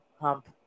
hump